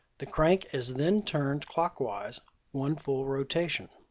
the crank is then turned clockwise one full rotation.